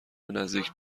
نزدیک